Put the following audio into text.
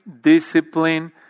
discipline